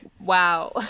Wow